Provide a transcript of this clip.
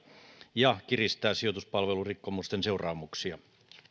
ja kiristää sijoituspalvelurikkomusten seuraamuksia